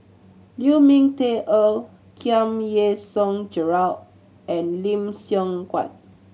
Lu Ming Teh Earl Giam Yean Song Gerald and Lim Siong Guan